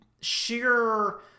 sheer